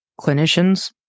clinicians